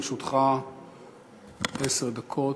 לרשותך עשר דקות,